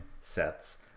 sets